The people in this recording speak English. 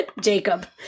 Jacob